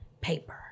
paper